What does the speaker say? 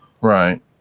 Right